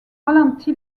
ralenti